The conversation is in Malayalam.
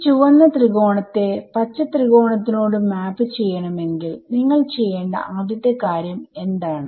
ഈ ചുവന്ന ത്രികോണത്തെ പച്ച ത്രികോണത്തിനോട് മാപ് ചെയ്യണമെങ്കിൽ നിങ്ങൾ ചെയ്യേണ്ട ആദ്യത്തെ കാര്യം എന്താണ്